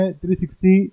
360